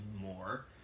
more